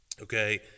okay